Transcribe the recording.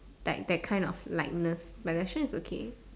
like that kind of lightness like restaurant is okay